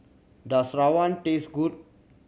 does rawon taste good